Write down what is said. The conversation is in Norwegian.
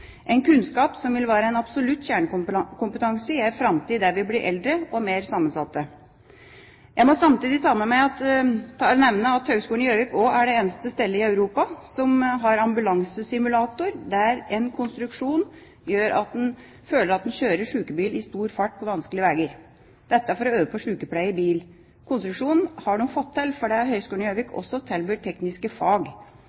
kunnskap som vil være en absolutt kjernekompetanse i en framtid der vi blir eldre og mer sammensatte. Samtidig må jeg nevne at Høgskolen i Gjøvik er det eneste stedet i Europa som har ambulansesimulator der en konstruksjon gjør at en føler at en kjører sykebil i stor fart på vanskelige veier – dette for å øve på sykepleie i bil. Konstruksjonen har de fått til fordi Høgskolen i Gjøvik